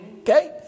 Okay